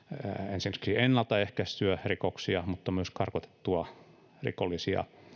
ensinnäkin ennaltaehkäistyä rikoksia mutta myös karkotettua rikollisia